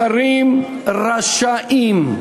השרים רשאים.